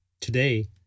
Today